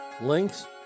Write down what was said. links